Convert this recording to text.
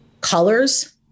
colors